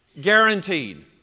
guaranteed